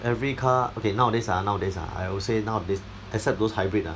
every car okay nowadays ah nowadays ah I would say nowadays except those hybrid ah